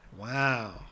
Wow